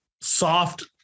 soft